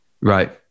right